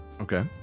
Okay